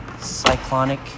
cyclonic